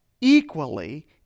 equally